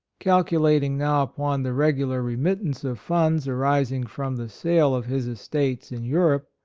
calculating now upon the regular remittance of funds arising from the sale of his estates in europe,